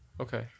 Okay